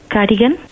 Cardigan